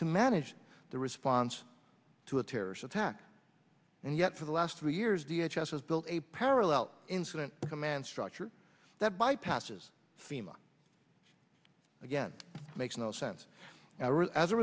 to manage the response to a terrorist attack and yet for the last three years d h s s built a parallel incident command structure that bypasses fema again makes no sense